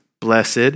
blessed